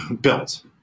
built